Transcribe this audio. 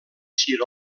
sur